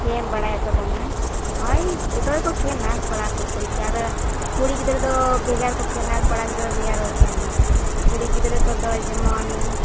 ᱠᱷᱮᱞ ᱵᱟᱲᱟᱭᱟᱠᱚ ᱫᱚᱢᱮ ᱦᱳᱭ ᱡᱚᱛᱚ ᱜᱮᱠᱚ ᱠᱷᱮᱞᱟ ᱠᱚᱲᱟ ᱠᱚ ᱠᱩᱲᱤ ᱠᱚ ᱟᱫᱚ ᱠᱩᱲᱤ ᱜᱤᱫᱽᱨᱟᱹ ᱫᱚ ᱵᱷᱮᱜᱟᱨ ᱠᱚ ᱠᱷᱮᱞᱟ ᱠᱚᱲᱟ ᱜᱤᱫᱽᱨᱟᱹ ᱵᱷᱮᱜᱟᱨ ᱠᱚ ᱠᱷᱮᱞᱟ ᱠᱩᱲᱤ ᱜᱤᱫᱽᱨᱟᱹ ᱠᱚᱫᱚ ᱡᱮᱢᱚᱱ